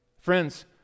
Friends